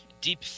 deep